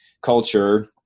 culture